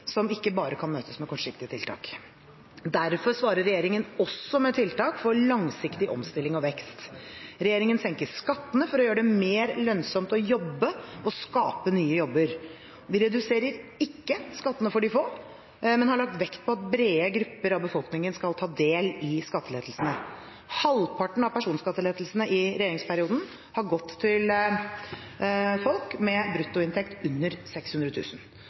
som ikke bare kan møtes med kortsiktige tiltak. Derfor svarer regjeringen også med tiltak for langsiktig omstilling og vekst. Regjeringen senker skattene for å gjøre det mer lønnsomt å jobbe og for å skape nye jobber. Vi reduserer ikke skattene for de få, men har lagt vekt på at brede grupper av befolkningen skal få del i skattelettelsene. Halvparten av personskattelettelsene i regjeringsperioden har gått til folk med bruttoinntekt under